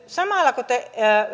samalla kun te